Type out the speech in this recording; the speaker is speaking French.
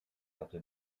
carte